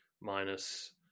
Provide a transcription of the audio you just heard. minus